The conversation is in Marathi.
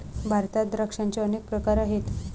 भारतात द्राक्षांचे अनेक प्रकार आहेत